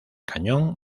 cañón